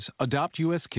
AdoptUSKids